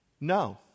No